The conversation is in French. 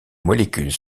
molécules